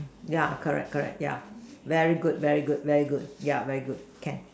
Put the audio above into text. yeah correct correct yeah very good very good very good yeah very good can